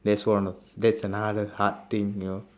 that's one of that's another hard thing you know